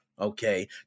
Okay